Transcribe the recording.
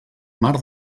mar